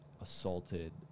assaulted